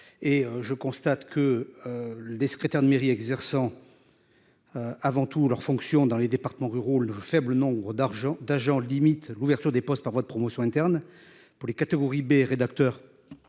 Et je constate que les secrétaires de mairie exerçant. Avant tout leur fonction dans les départements ruraux, le faible nombre d'argent d'agents limite l'ouverture des postes par votre promotion interne pour les catégories B rédacteur.